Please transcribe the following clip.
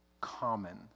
common